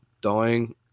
dying